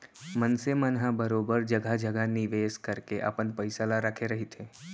मनसे मन ह बरोबर जघा जघा निवेस करके अपन पइसा ल रखे रहिथे